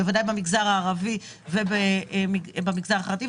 בוודאי במגזר הערבי ובמגזר החרדי.